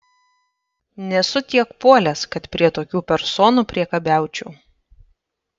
nesu tiek puolęs kad prie tokių personų priekabiaučiau